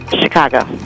Chicago